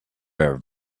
were